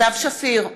סתיו שפיר,